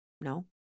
No